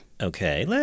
Okay